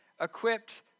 equipped